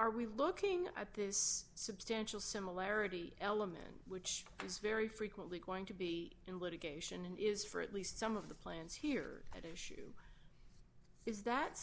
are we looking at this substantial similarity element which is very frequently going to be in litigation and is for at least some of the plans here that it is that